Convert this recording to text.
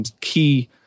key